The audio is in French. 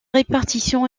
répartition